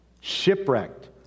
Shipwrecked